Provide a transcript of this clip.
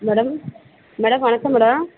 madam madam வணக்கம் madam